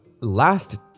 last